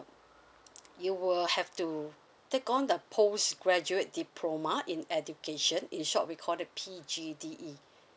you will have to take on the post graduate diploma in education in short recorded P G D E